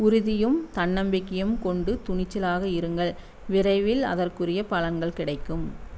உறுதியும் தன்னம்பிக்கையும் கொண்டு துணிச்சலாக இருங்கள் விரைவில் அதற்குரிய பலன்கள் கிடைக்கும்